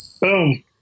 Boom